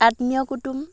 আত্মীয় কুটুম